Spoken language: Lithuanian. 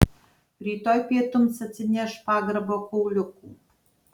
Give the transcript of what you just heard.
rytoj pietums atsineš pagrabo kauliukų